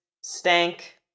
stank